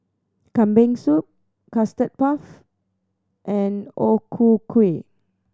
Kambing Soup Custard Puff and O Ku Kueh